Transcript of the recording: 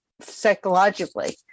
psychologically